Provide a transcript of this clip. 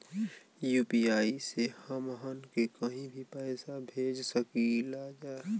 UPI से हमहन के कहीं भी पैसा भेज सकीला जा?